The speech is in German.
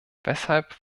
weshalb